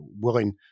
willing